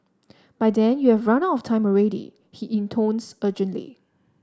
by then you have run out of time already he intones urgently